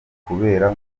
kubera